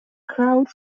crowd